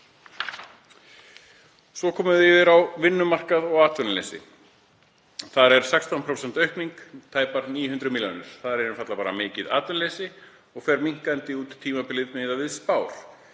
Svo komum við yfir í vinnumarkað og atvinnuleysi. Þar er 16% aukning, tæpar 900 milljónir. Þar er einfaldlega bara mikið atvinnuleysi og fer minnkandi út tímabilið miðað við spár.